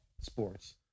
sports